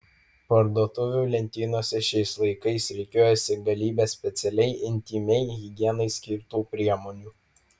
parduotuvių lentynose šiais laikais rikiuojasi galybė specialiai intymiai higienai skirtų priemonių